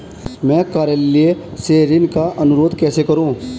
मैं कार्यालय से ऋण का अनुरोध कैसे करूँ?